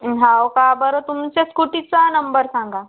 हो का बरं तुमच्या स्कूटीचा नंबर सांगा